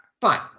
fine